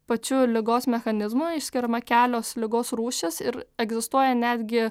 pačiu ligos mechanizmu išskiriama kelios ligos rūšys ir egzistuoja netgi